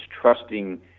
trusting